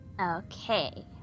Okay